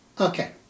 Okay